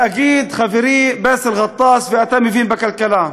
ואגיד, וחברי באסל גטאס, אתה מבין בכלכלה,